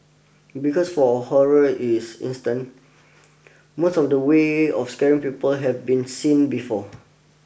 because for horror is instant most of the ways of scaring people have been seen before